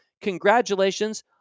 congratulations